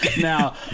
now